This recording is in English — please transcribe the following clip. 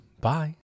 Bye